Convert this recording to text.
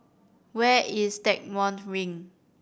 where is Stagmont Ring